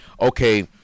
Okay